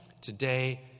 today